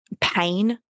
pain